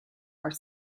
are